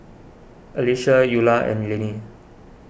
Alyssia Ula and Leanne